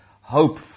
hope